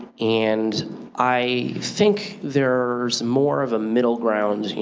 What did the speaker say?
and i think there's more of a middle ground,